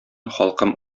халкым